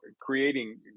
creating